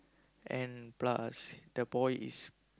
and plus the boy is